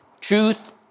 truth